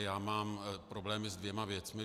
Já mám problém se dvěma věcmi.